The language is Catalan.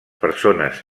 persones